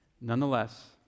nonetheless